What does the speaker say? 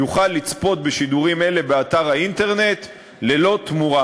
יוכל לצפות בשידורים אלה באתר האינטרנט ללא תמורה.